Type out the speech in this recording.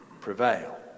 prevail